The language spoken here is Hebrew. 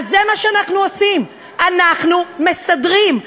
אז זה מה שאנחנו עושים, אנחנו מסדרים,